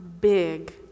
big